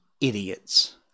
idiots